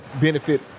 benefit